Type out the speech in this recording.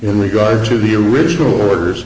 in regard to the original orders